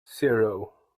zero